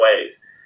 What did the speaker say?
ways